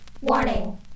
Warning